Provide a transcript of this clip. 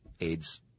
aids